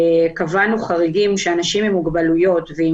קבענו חריגים שלפיהם אנשים עם מוגבלויות או עם